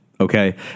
Okay